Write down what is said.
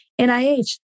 NIH